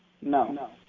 no